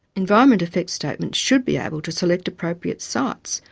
environment effects statements should be able to select appropriate sites,